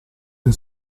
del